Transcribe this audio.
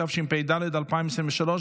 התשפ"ד 2023,